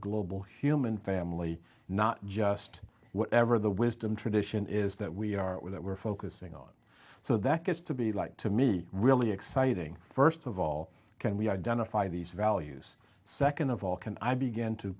global human family not just whatever the wisdom tradition is that we are all that we're focusing on so that gets to be like to me really exciting first of all can we identify these values second of all can i begin to